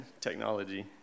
Technology